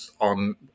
on